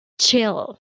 chill